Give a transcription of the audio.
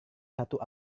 satu